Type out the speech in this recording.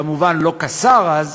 כמובן לא כשר אז,